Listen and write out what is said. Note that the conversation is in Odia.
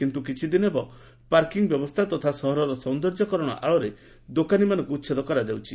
କିନ୍ତୁ କିଛିଦିନ ହେବ ପାର୍କିଂ ବ୍ୟବସ୍କା ତଥା ସହରର ସୌନ୍ଦର୍ଯ୍ୟକରଣ ଆଳରେ ଦୋକାନୀମାନଙ୍କୁ ଉଛେଦ କରାଯାଉଛି